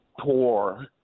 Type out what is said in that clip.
poor